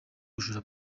gusura